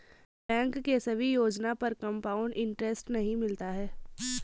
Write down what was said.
bank के सभी योजना पर कंपाउड इन्टरेस्ट नहीं मिलता है